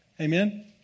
Amen